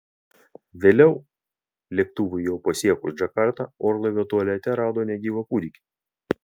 vėliau lėktuvui jau pasiekus džakartą orlaivio tualete rado negyvą kūdikį